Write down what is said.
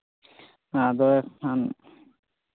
ᱟᱫᱚ ᱠᱷᱟᱱ